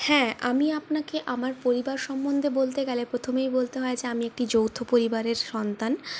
হ্যাঁ আমি আপনাকে আমার পরিবার সম্বন্ধে বলতে গেলে প্রথমেই বলতে হয় যে আমি একটি যৌথ পরিবারের সন্তান